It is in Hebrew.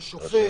של שופט.